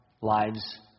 lives